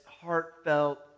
heartfelt